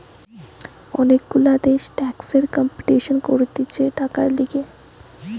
অনেক গুলা দেশ ট্যাক্সের কম্পিটিশান করতিছে টাকার লিগে